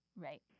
Right